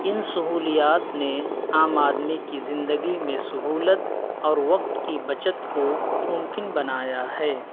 ان سہولیات نے عام آدمی کی زندگی میں سہولت اور وقت کی بچت کو ممکن بنایا ہے